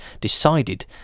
decided